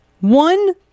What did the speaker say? one